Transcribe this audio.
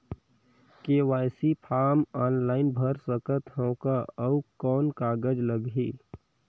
KYC form online भर सकत हवं का? अउ कौन कागज लगही?